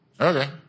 Okay